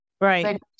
Right